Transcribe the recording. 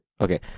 Okay